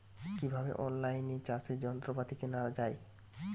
কিভাবে অন লাইনে চাষের যন্ত্রপাতি কেনা য়ায়?